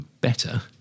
better